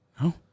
No